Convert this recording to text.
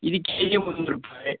ಇದು ಕೆಜಿ ಮುನ್ನೂರು ರೂಪಾಯಿ